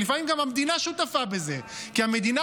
לפעמים גם המדינה שותפה בזה כי המדינה